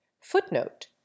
Footnote